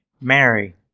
Mary